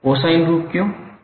cosine रूप क्यों